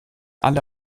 alle